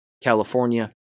California